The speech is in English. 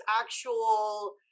actual